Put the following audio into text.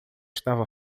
estava